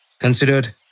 considered